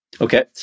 Okay